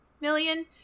million